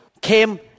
came